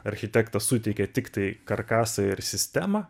architektas suteikė tiktai karkasą ir sistemą